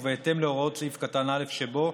ובהתאם להוראות סעיף (א) שבו,